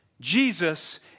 Jesus